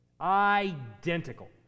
Identical